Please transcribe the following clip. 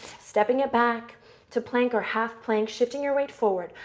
stepping it back to plank or half plank, shifting your weight forward.